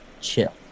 chill